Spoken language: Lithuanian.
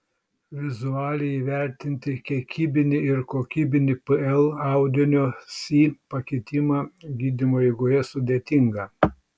vizualiai įvertinti kiekybinį ir kokybinį pl audinio si pakitimą gydymo eigoje sudėtinga